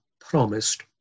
promised